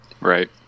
Right